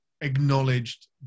acknowledged